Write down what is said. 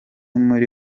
muri